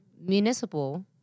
municipal